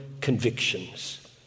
convictions